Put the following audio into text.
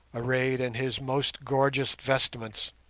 arrayed in his most gorgeous vestments,